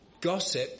gossip